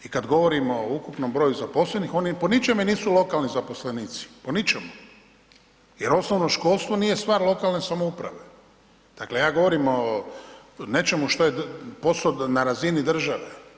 I kad govorimo o ukupnom broju zaposlenih oni po ničemu nisu lokalni zaposlenici, po ničemu jer osnovno školstvo nije stvar lokalne samouprave, dakle ja govorim o nečemu šta je poso na razini države.